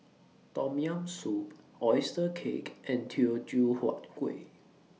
Tom Yam Soup Oyster Cake and Teochew Huat Kuih